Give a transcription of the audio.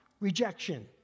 rejection